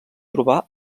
trobar